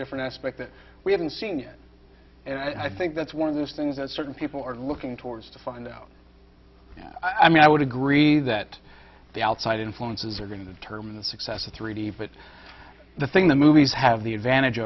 different aspect that we haven't seen yet and i think that's one of those things that certain people are looking towards to find out yeah i mean i would agree that the outside influences are going to determine the success of three d but the thing the movies have the advantage